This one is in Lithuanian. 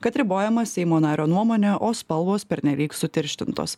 kad ribojama seimo nario nuomonė o spalvos pernelyg sutirštintos